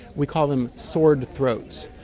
we call them sword throats.